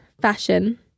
fashion